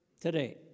today